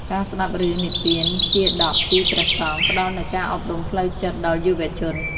ការស្តាប់រឿងនិទានជាតកពីព្រះសង្ឃ ផ្តល់នូវការអប់រំផ្លូវចិត្តដល់យុវជន។